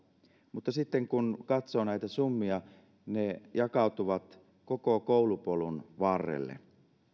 mutta sitten kun katsoo näitä summia niin ne jakautuvat koko koulupolun varrelle